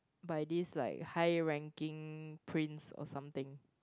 by this like high ranking prince or something